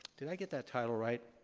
did i get that title right,